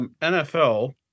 NFL